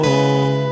Home